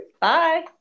Bye